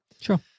Sure